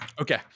Okay